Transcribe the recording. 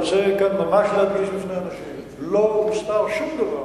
אני רוצה כאן ממש להדגיש בפני האנשים: לא הוסתר שום דבר.